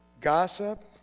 gossip